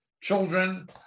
children